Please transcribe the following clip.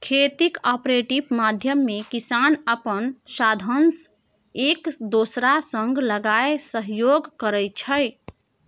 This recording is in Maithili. खेतीक कॉपरेटिव माध्यमे किसान अपन साधंश एक दोसरा संग लगाए सहयोग करै छै